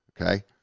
okay